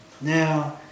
Now